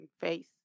face